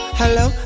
hello